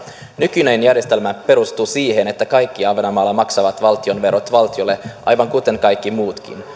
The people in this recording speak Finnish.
nykyinen järjestelmä perustuu siihen että kaikki ahvenanmaalla maksavat valtionverot valtiolle aivan kuten kaikki muutkin